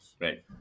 Right